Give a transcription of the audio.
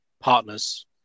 partners